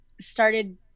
started